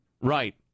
Right